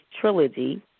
Trilogy*